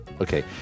okay